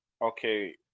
okay